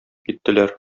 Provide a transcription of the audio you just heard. киттеләр